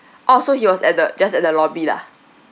orh so he was at the just at the lobby lah